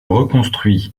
reconstruit